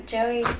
Joey